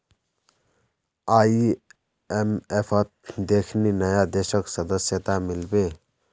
आईएमएफत देखनी नया देशक सदस्यता मिल बे